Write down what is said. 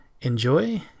enjoy